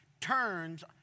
turns